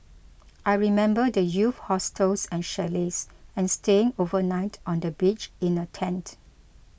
I remember the youth hostels and chalets and staying overnight on the beach in a tent